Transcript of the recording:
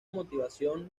motivación